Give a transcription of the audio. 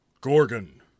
Gorgon